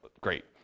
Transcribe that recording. great